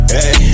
Hey